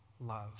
love